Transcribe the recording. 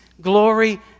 glory